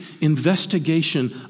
investigation